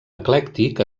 eclèctic